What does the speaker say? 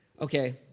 Okay